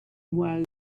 was